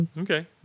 Okay